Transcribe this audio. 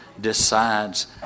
decides